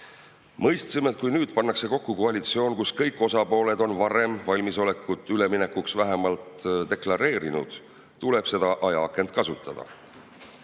Mõistsime, et kui nüüd pannakse kokku koalitsioon, kus kõik osapooled on varem valmisolekut üleminekuks vähemalt deklareerinud, siis tuleb seda ajaakent kasutada.